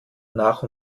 nach